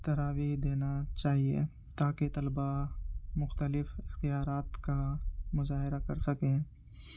تراویح دینا چاہیے تاکہ طلبا مختلف اختیارات کا مظاہرہ کر سکیں